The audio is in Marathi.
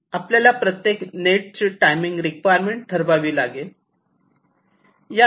आपल्याला प्रत्येक नेट ची टाइमिंग रिक्वायरमेंट ठरवावी लागेल